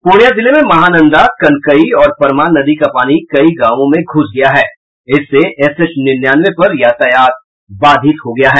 पूर्णिया जिले में महानंदा कनकई और परमान नदी का पानी कई गांवों में घुस गया है इससे एसएच निन्यानवे पर यातायात बाधित हो गया है